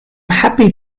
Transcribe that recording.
happy